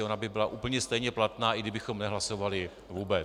Ona by byla úplně stejně platná, i kdybychom nehlasovali vůbec.